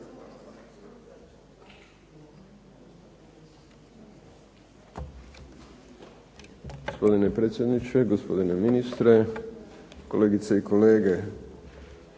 Gospodine predsjedniče, gospodine ministre, kolegice i kolege.